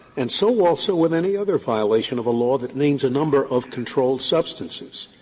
and so also with any other violation of a law that names a number of controlled substances.